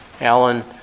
Alan